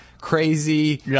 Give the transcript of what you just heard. crazy